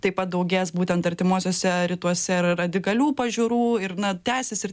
taip pat daugės būtent artimuosiuose rytuose radikalių pažiūrų ir na tęsis ir